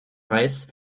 race